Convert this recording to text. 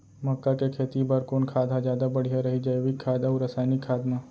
मक्का के खेती बर कोन खाद ह जादा बढ़िया रही, जैविक खाद अऊ रसायनिक खाद मा?